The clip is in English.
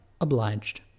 obliged